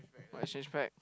must exchange back